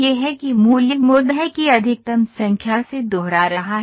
यह है कि मूल्य मोड है की अधिकतम संख्या से दोहरा रहा है